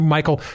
Michael